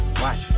Watch